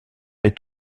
est